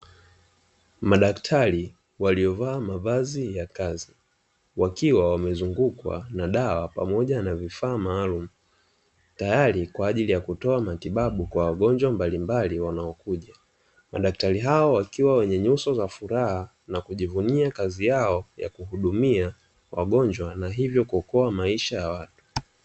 Madaktari waliovaa mavazi ya kazi wakiwa wamezungukwa na dawa pamoja na vifaa maalumu, tayari kwa ajili ya kutoa matibabu kwa wagonjwa mbalimbali wanaokuja. Madaktari hao wakiwa wenye nyuso za furaha na kujivunia kazi yao ya kuhudumia wagonjwa na hivyo kuokoa maisha ya watu.